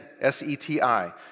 S-E-T-I